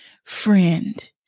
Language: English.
Friend